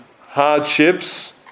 hardships